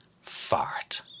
fart